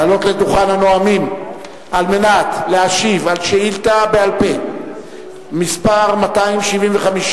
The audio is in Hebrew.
לעלות לדוכן הנואמים על מנת להשיב על שאילתא בעל-פה מס' 275,